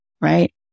right